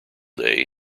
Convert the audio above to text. day